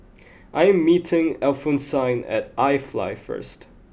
I am meeting Alphonsine at iFly first